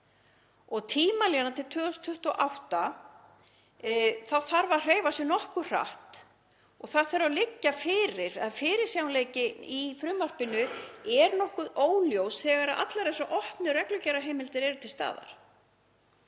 Tímalínan er til 2028 og þá þarf að hreyfa sig nokkuð hratt og þetta þarf að liggja fyrir, fyrirsjáanleikinn í frumvarpinu er nokkuð óljós þegar allar þessar opnu reglugerðarheimildir eru til staðar.